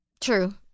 True